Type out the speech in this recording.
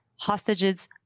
Hostages